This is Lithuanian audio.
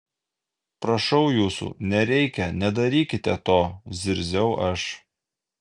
prašau jūsų nereikia nedarykite to zirziau aš